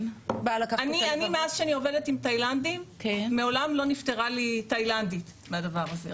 אני מאז שאני עובדת עם תאילנדים מעולם לא נפטרה לי תאילנדית מהדבר הזה,